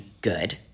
good